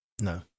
no